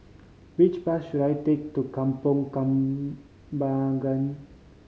which bus should I take to Kampong Kembangan